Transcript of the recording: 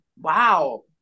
wow